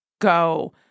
go